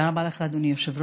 תודה רבה לך, אדוני היושב-ראש.